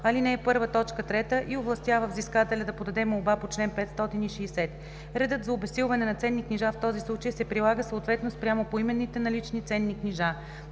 чл. 93, ал. 1, т. 3 и овластява взискателя да подаде молба по чл. 560. Редът за обезсилване на ценни книжа в този случай се прилага съответно спрямо поименните налични ценни книжа.”